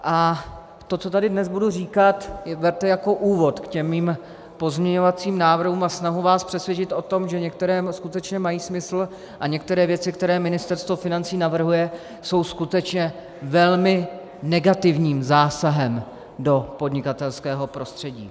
A to, co tady dnes budu říkat, berte jako úvod k mým pozměňovacím návrhům a snahu vás přesvědčit o tom, že některé skutečně mají smysl a některé věci, které Ministerstvo financí navrhuje, jsou skutečně velmi negativním zásahem do podnikatelského prostředí.